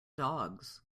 dogs